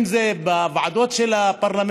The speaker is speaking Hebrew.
אם זה בוועדות של הפרלמנט,